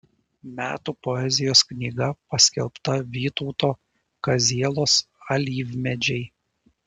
metų poezijos knyga paskelbta vytauto kazielos alyvmedžiai